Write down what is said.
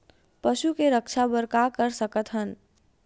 पशु के रक्षा बर का कर सकत हन?